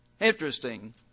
Interesting